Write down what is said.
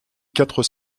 quatre